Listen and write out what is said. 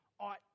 ought